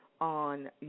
on